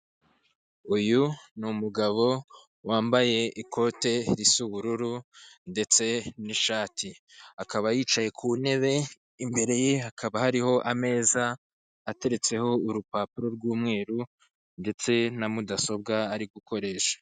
Uyu ni ugabo wambaye ikote risa ubururu ndetse n'ishati, akaba yicaye ku ntebe, imbere ye hakaba hariho ameza ateretseho urupapuro rw'umweru ndetse na mudasobwa ari gukoresha.